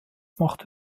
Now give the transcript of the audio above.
machte